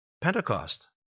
Pentecost